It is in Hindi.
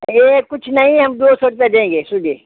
यह कुछ नहीं हम दो सौ रूपया देंगे सीधे